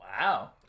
Wow